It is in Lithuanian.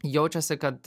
jaučiasi kad